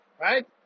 right